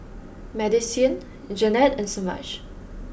Madisyn Jannette and Semaj